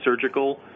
surgical